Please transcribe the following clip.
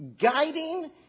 guiding